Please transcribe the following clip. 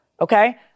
okay